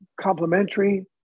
complementary